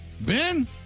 Ben